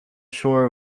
shore